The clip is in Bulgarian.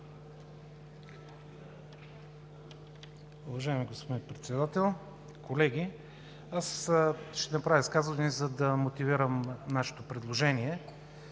Уважаеми господин Председател, колеги, аз ще направя изказване, за да мотивирам нашето предложение.